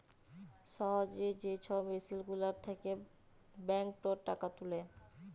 সহজে যে ছব মেসিল গুলার থ্যাকে ব্যাংকটর টাকা তুলে